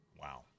Wow